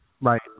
Right